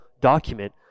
document